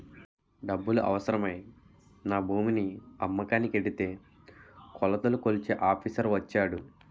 డబ్బులు అవసరమై నా భూమిని అమ్మకానికి ఎడితే కొలతలు కొలిచే ఆఫీసర్ వచ్చాడు